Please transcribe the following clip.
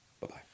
Bye-bye